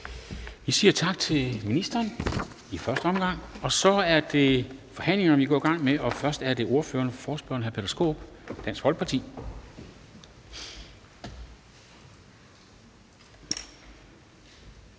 Vi siger tak til ministeren i første omgang, og så er det forhandlingen, vi går i gang med. Først er det ordføreren for forespørgerne, hr. Peter Skaarup, Dansk Folkeparti.